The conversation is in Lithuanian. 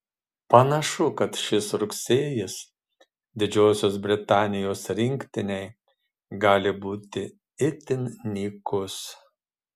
panašu kad šis rugsėjis didžiosios britanijos rinktinei gali būti itin nykus